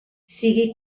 sigui